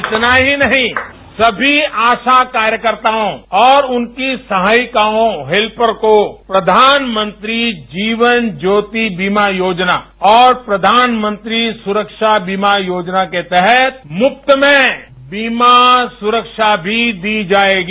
इतना ही नहीं सभी आशा कार्यकर्ताआ और उनकी सहायिकाओं हेल्पर को प्रधानमंत्री जीवन ज्योदति बीमा योजना और प्रधानमंत्री सुरक्षा बीमा योजना के तहत मुफ्त में बीमा सुरक्षा दी जाएगी